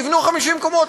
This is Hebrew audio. תבנו 50 קומות.